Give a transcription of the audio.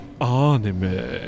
Anime